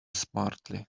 smartly